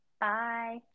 Bye